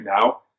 now